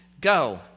Go